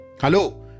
Hello